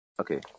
Okay